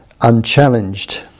unchallenged